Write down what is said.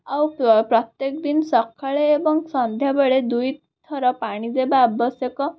ଆଉ ପ୍ରତ୍ୟେକ ଦିନ ସକାଳେ ଏବଂ ସନ୍ଧ୍ୟାବେଳେ ଦୁଇଥର ପାଣିଦେବା ଆବଶ୍ୟକ